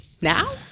now